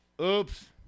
Oops